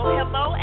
hello